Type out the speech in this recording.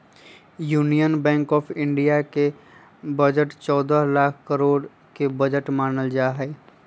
union bank of India के budget चौदह लाख करोड के बजट मानल जाहई